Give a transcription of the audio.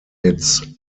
its